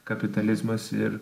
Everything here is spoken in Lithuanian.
kapitalizmas ir